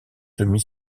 semi